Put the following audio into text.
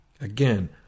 Again